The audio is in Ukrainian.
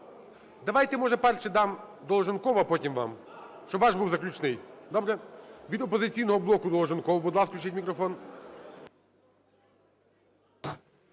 Давайте, може, перше дам Долженкову, а потім вам, щоб ваш був заключний. Добре? Від "Опозиційного блоку" Долженков, будь ласка, включіть мікрофон.